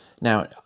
Now